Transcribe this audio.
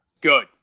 Good